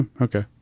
Okay